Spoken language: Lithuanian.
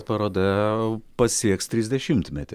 paroda pasieks trisdešimtmetį